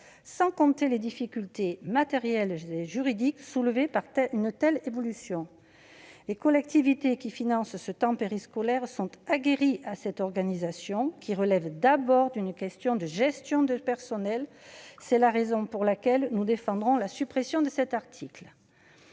sans même évoquer les difficultés matérielles et juridiques soulevées par une telle évolution. Les collectivités, qui financent ce temps périscolaire, sont aguerries à cette organisation qui relève d'abord d'une question de gestion de personnels. C'est la raison pour laquelle nous défendrons la suppression de cet article.